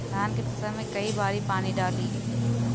धान के फसल मे कई बारी पानी डाली?